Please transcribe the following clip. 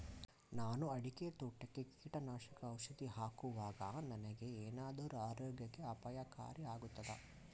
ನಾನು ಅಡಿಕೆ ತೋಟಕ್ಕೆ ಕೀಟನಾಶಕ ಔಷಧಿ ಹಾಕುವಾಗ ನನಗೆ ಏನಾದರೂ ಆರೋಗ್ಯಕ್ಕೆ ಅಪಾಯಕಾರಿ ಆಗುತ್ತದಾ?